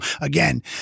Again